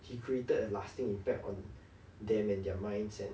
he created a lasting impact on them and their minds and